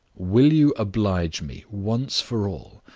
will you oblige me, once for all,